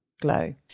glow